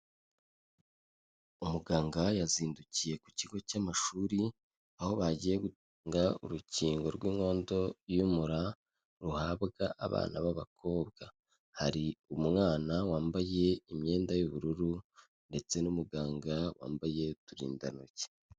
Umuganga yazindukiye ku kigo cy'amashuri aho bagiye gutanga urukingo rw'inkondo y'umura ruhabwa abana b'abakobwa, hari umwana wambaye imyenda y'ubururu ndetse n'umuganga wambaye uturindantoki.